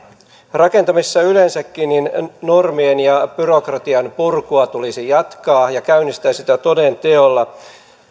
rakentamisessa yleensäkin normien ja byrokratian purkua tulisi jatkaa ja käynnistää sitä toden teolla